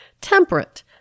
temperate